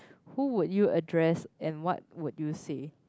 who would you address and what would you say